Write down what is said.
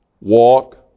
walk